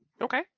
Okay